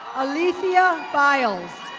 alifiya vials.